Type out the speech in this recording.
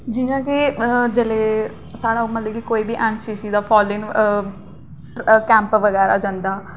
जि'यां कि जिसलै साढ़ै एन सी सी दे कैम्प बगैरा जंदे न